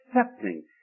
accepting